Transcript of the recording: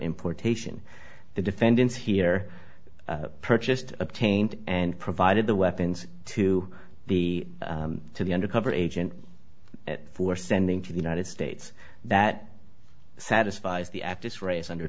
importation the defendants here purchased obtained and provided the weapons to the to the undercover agent for sending to the united states that satisfies the ac